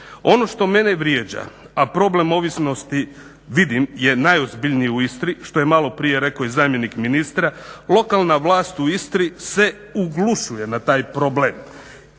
Ono što mene vrijeđa a problem ovisnosti vidim je najozbiljnije u Istri što je malo prije rekao i zamjenik ministra. Lokalna vlast u Istri se oglušuje na taj problem.